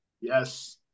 Yes